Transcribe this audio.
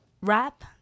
rap